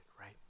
right